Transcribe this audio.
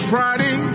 Friday